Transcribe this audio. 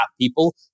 people